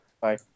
Bye